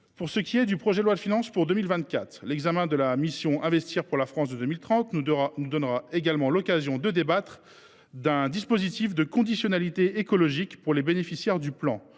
pour ce qui est du projet de loi de finances pour 2024, l’examen de la mission « Investir pour la France de 2030 » nous donnera également l’occasion de débattre d’un dispositif de conditionnalité écologique pour les bénéficiaires du plan.